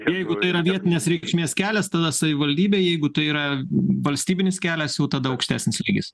jeigu tai yra vietinės reikšmės kelias tonas savivaldybei jeigu tai yra valstybinis kelias jau tada aukštesnis lygis